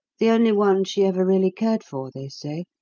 the only one she ever really cared for, they say.